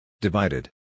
Divided